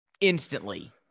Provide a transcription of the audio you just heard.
instantly